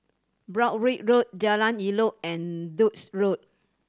Broadrick Road Jalan Elok and Duke's Road